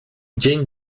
dzień